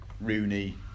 Rooney